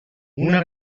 una